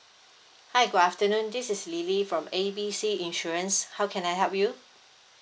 hi good afternoon this is lily from A B C insurance how can I help you